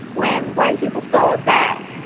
when white people saw that,